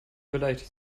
beleidigt